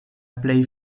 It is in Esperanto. plej